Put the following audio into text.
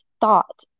thought